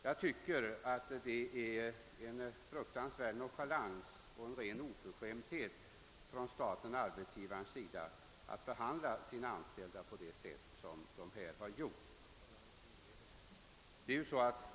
Jag anser att det är en fruktansvärd nonchalans och en ren oförskämdhet från staten-arbetsgivarens sida att behandla sina anställda på sätt som här har skett.